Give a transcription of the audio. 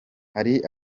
hari